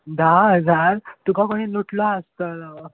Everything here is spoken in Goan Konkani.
धा हजार तुका खंय लुटलो आसतलो